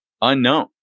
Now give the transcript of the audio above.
unknown